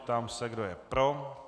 Ptám se, kdo je pro?